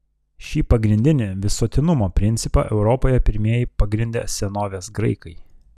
šį pagrindinį visuotinumo principą europoje pirmieji pagrindė senovės graikai